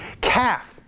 calf